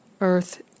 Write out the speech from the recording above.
earth